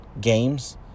games